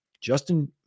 Justin